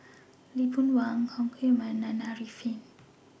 Lee Boon Wang Chong Heman and Arifin